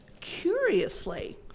Curiously